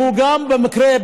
שהוא גם במקרה,